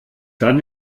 dann